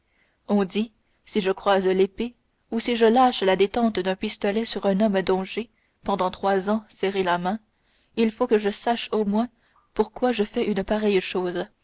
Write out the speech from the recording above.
on dit si je croise l'épée ou si je lâche la détente d'un pistolet sur un homme dont j'ai pendant trois ans serré la main il faut que je sache au moins pourquoi je fais une pareille chose